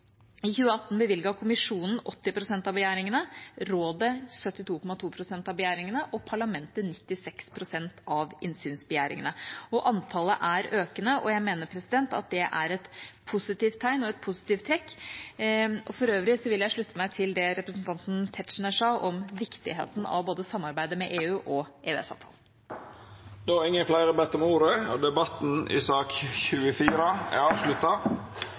I 2018 innvilget Kommisjonen 80 pst. av begjæringene, Rådet 72,2 pst. av begjæringene og Parlamentet 96 pst. av innsynsbegjæringene. Antallet er økende, og jeg mener at det er et positivt tegn og et positivt trekk. For øvrig vil jeg slutte meg til det representanten Tetzschner sa om viktigheten av både samarbeidet med EU og EØS-avtalen. Fleire har ikkje bedt om ordet til sak nr. 24. Dagens kart er